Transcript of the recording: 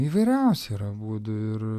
įvairiausių yra būdų ir